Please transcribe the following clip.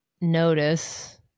notice